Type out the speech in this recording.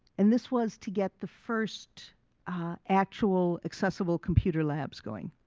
and this was to get the first actual accessible computer labs going.